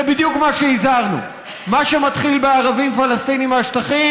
זה בדיוק מה שהזהרנו: מה שמתחיל בערבים פלסטינים מהשטח,